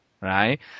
right